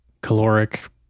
caloric